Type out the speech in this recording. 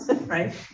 right